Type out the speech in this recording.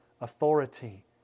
authority